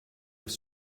have